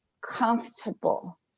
comfortable